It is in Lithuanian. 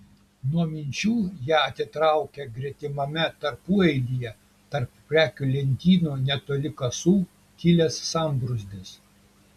nuo minčių ją atitraukė gretimame tarpueilyje tarp prekių lentynų netoli kasų kilęs sambrūzdis